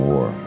War